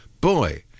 Boy